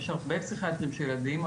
יש הרבה פסיכיאטרים של ילדים,